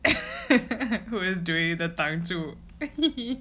who is doing the 挡住